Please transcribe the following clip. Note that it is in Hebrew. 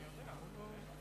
אדוני היושב-ראש,